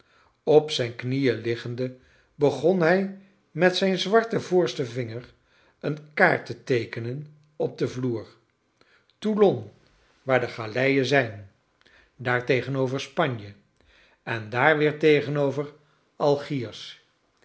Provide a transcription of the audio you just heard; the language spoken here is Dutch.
p zijn knieen liggende begon hij met zrjn zwarten voorsten vinger een kart te teekenen op den vloer toulon waar de galeien zijn daar tcgenover spanje en daar weer tegenover algiers